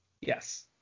Yes